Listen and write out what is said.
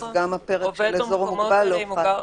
אז גם הפרק של האזור המוגבל לא חל.